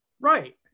Right